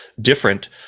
different